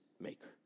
Maker